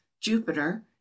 jupiter